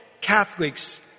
Catholics